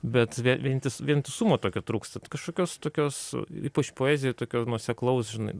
bet ve vientis vientisumo tokio trūksta kažkokios tokios ypač poezijoj tokio nuoseklaus žinai